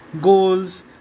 goals